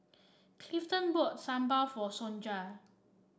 Clifton bought Sambal for Sonja